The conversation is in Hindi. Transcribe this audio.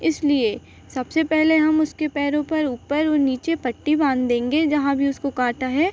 इसलिए सबसे पहले हम उसके पैरों पर ऊपर और नीचे पट्टी बाँध देंगे जहाँ भी उसको काटा है